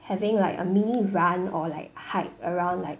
having like a mini run or like hike around like